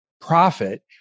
profit